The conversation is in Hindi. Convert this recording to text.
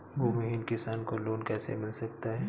भूमिहीन किसान को लोन कैसे मिल सकता है?